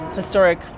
historic